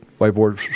whiteboard